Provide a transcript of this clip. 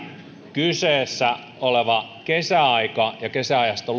kyseessä olevaa kesäaikaa ja kesäajasta